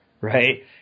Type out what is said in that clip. Right